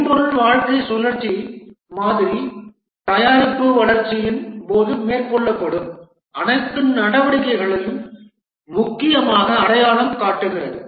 மென்பொருள் வாழ்க்கை சுழற்சி மாதிரி தயாரிப்பு வளர்ச்சியின் போது மேற்கொள்ளப்படும் அனைத்து நடவடிக்கைகளையும் முக்கியமாக அடையாளம் காட்டுகிறது